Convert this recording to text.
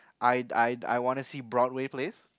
I I I wanna see Broadway please